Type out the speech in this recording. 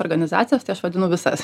organizacijas tai aš vadinu visas